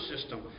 system